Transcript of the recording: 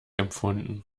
empfunden